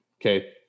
Okay